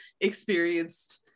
experienced